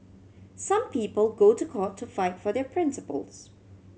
some people go to court to fight for their principles